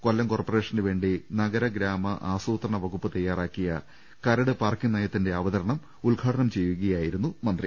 കൊല്ലം കോർപ്പറേഷനു വേണ്ടി നഗര ഗ്രാമ ആസൂത്രണ വകുപ്പ് തയാറാക്കിയ കരട് പാർക്കിങ്ങ് നയത്തിന്റെ അവതരണം ഉദ്ഘാടനം ചെയ്യുകയാ യിരുന്നു മന്ത്രി